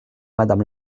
madame